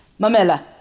mamela